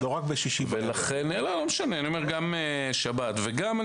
וגם בשבת.